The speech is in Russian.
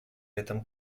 этом